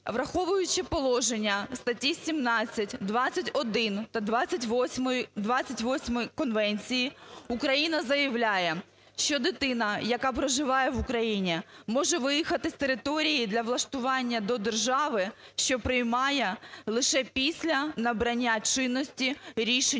враховуючи положення статті 17, 21 та 28 Конвенції Україна заявляє, що дитина, яка проживає в Україні може виїхати з території для влаштування до держави, що приймає лише після набрання чинності рішення